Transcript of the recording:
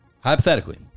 Hypothetically